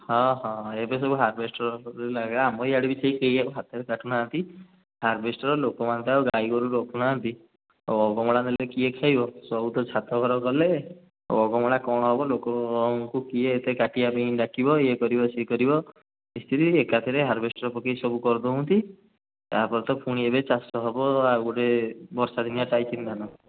ହଁ ହଁ ଏବେ ସବୁ ହାରବେଷ୍ଟର୍ ଆମର ଇଆଡ଼େ ବି ସେହି କେହି ଆଉ ହାତରେ କାଟୁ ନାହାନ୍ତି ହାରବେଷ୍ଟର୍ ଲୋକମାନେ ତ ଆଉ ଗାଈ ଗୋରୁ ରଖୁ ନାହାନ୍ତି ଆଉ ଅଗମଳା ନେଲେ କିଏ ଖାଇବ ସବୁ ତ ଛାତ ଘର କଲେ ଆଉ ଅଗମଳା କ'ଣ ହେବ ଲୋକଙ୍କୁ କିଏ ଏତେ କାଟିବା ପାଇଁ ଡାକିବ ଇଏ କରିବ ସିଏ କରିବ ମିସ୍ତ୍ରୀ ଏକାଥରେ ହାରବେଷ୍ଟର୍ ପକାଇ ସବୁ କରି ଦେଉଁଛନ୍ତି ତା'ପରେ ତ ଏବେ ପୁଣି ଚାଷ ହେବ ଆଉ ଗୋଟେ ବର୍ଷା ଦିନିଆଁ ଟାଇଚିନ୍ ଧାନ